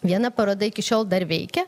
viena paroda iki šiol dar veikia